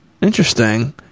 Interesting